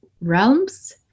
realms